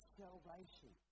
salvation